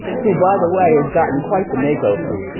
who, by the way, has gotten quite the makeover.